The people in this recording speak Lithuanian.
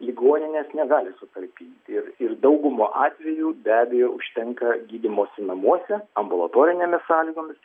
ligoninės negali sutalpinti ir ir dauguma atvejų be abejo užtenka gydymosi namuose ambulatorinėmis sąlygomis